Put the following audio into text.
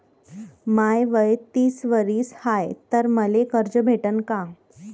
माय वय तीस वरीस हाय तर मले कर्ज भेटन का?